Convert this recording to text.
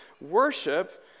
worship